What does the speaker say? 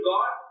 God